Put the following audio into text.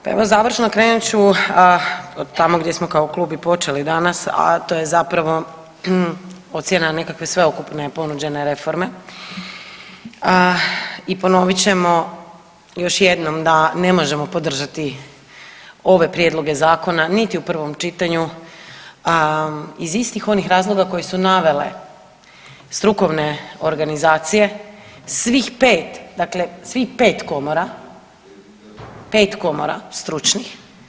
Pa evo završno krenut ću od tamo gdje smo kao klub i počeli danas, a to je zapravo ocjena nekakve sveukupne ponuđene reforme i ponovit ćemo još jednom da ne možemo podržati ove prijedloge zakona niti u prvom čitanju, a iz istih onih razloga koje su navele strukovne organizacije svih pet, dakle svih pet komora, pet komora stručnih.